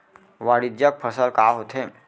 वाणिज्यिक फसल का होथे?